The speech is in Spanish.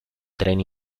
tren